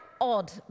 odd